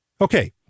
Okay